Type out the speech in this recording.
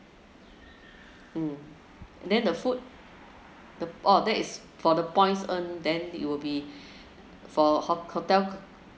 mm then the food orh that is for the points earned then it will be for ho~ hotel